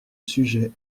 sujet